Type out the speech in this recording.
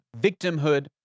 victimhood